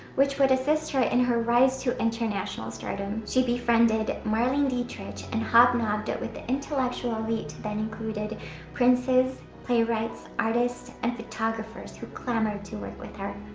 which would assist her in her rise to international stardom. she befriended marlene dietrich and hobnob de with the intellectual elite that included princes, playwrights, artists, and photographers who clamored to work with her.